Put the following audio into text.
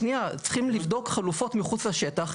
צריכים לבדוק חלופות מחוץ לשטח.